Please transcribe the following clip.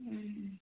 ꯎꯝ